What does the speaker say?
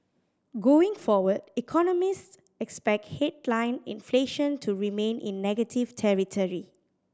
going forward economists expect headline inflation to remain in negative territory